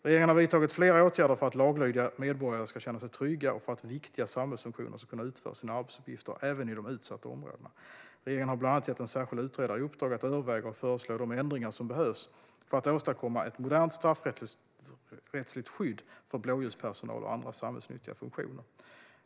Regeringen har vidtagit flera åtgärder för att laglydiga medborgare ska känna sig trygga och för att viktiga samhällsfunktioner ska kunna utföra sina arbetsuppgifter även i de utsatta områdena. Regeringen har bland annat gett en särskild utredare i uppdrag att överväga och föreslå de ändringar som behövs för att åstadkomma ett modernt straffrättsligt skydd för blåljuspersonal och andra samhällsnyttiga funktioner.